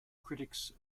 critics